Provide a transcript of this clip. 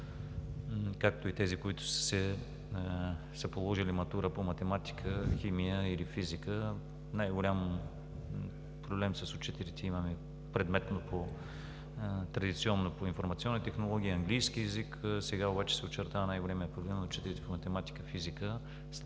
както и тези, които са положили матура по математика, химия или физика. Предметно най-голям проблем с учителите имаме традиционно по „Информационни технологии“, „Английски език“. Сега обаче се очертава най-големият проблем с учителите по математика, физика,